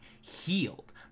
healed